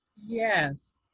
yes.